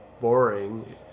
boring